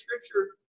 scripture